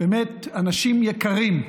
באמת אנשים יקרים.